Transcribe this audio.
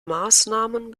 maßnahmen